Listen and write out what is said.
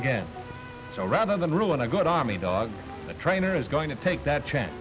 again so rather than ruin a good army dog the trainer is going to take that chance